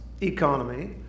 economy